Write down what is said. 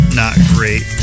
not-great